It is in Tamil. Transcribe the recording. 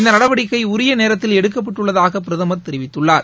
இந்த நடவடிக்கை உரிய நேரத்தில் எடுக்கப்பட்டுள்ளதாக பிரதமர் தெரிவித்துள்ளார்